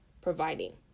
providing